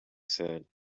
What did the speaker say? said